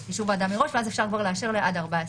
את אישור הוועדה מראש ואז אפשר לאשר עד 14 ימים.